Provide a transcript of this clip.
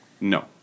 No